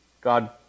God